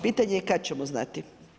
Pitanje je kad ćemo znati.